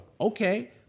Okay